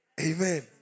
Amen